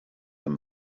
them